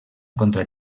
contra